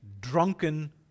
drunken